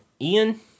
Ian